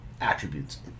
attributes